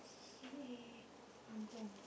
C_C_A angklung